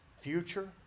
future